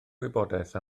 wybodaeth